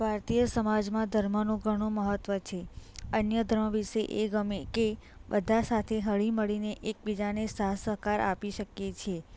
ભારતીય સમાજમાં ધર્મનું ઘણું મહત્ત્વ છે અન્ય ધર્મ વિષે એ ગમે કે બધા સાથે હળીમળીને એકબીજાને સાથ સહકાર આપી શકીએ છીએ